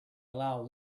allow